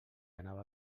anava